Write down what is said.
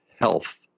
health